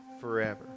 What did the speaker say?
forever